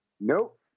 nope